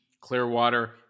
Clearwater